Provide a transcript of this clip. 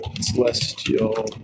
Celestial